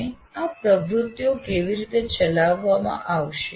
અને આ પ્રવૃત્તિઓ કેવી રીતે ચલાવવામાં આવશે